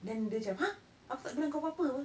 then dia macam !huh! aku tak bilang kau apa-apa apa